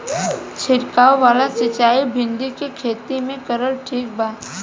छीरकाव वाला सिचाई भिंडी के खेती मे करल ठीक बा?